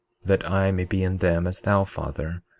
that i may be in them as thou, father,